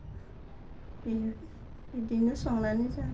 बेनो बिदिनो संनानै जा